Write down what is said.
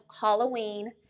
Halloween